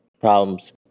problems